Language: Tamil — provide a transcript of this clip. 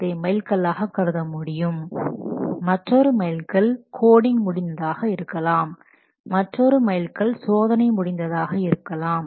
அதை மைல் கல்லாக கருதமுடியும் மற்றொரு மைல் கல் கோடிங் முடிந்ததாக இருக்கலாம் மற்றொரு மைல் கல் சோதனை முடிந்ததாக இருக்கலாம்